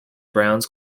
browns